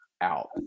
out